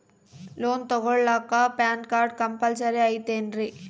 Loan ತೊಗೊಳ್ಳಾಕ PAN card compulsory ಐಯ್ತೇನ್ರಿ?